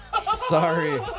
sorry